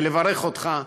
ולברך אותך,